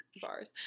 bars